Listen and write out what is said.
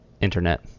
internet